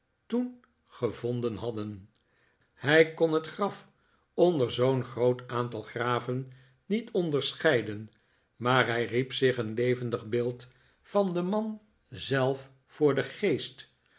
toen gevonden hadden hij kon het graf onder zoo'n groot aantal graven niet onderscheiden maar hij riep zich een levendig beeld van den man zelf voor den geest